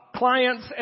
Clients